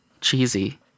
cheesy